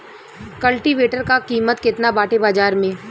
कल्टी वेटर क कीमत केतना बाटे बाजार में?